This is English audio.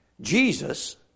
Jesus